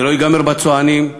זה לא ייגמר בצוענים,